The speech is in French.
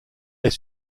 est